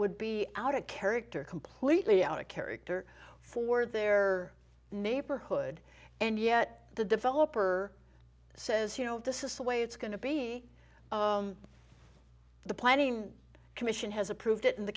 would be out of character completely out of character for their neighborhood and yet the developer says you know if this is the way it's going to be the planning commission has approved it in the